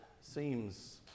seems